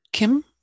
Kim